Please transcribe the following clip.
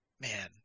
man